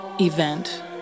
event